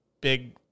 big